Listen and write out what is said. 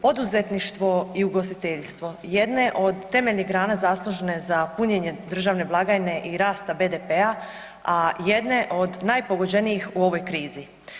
Poduzetništvo i ugostiteljstvo jedne od temeljnih grana zaslužne za punjenje državne blagajne i rasta BDP-a, a jedne od najpogođenijih u ovoj krizi.